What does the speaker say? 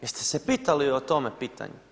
Jeste li se pitali o tome pitanju?